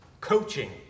coaching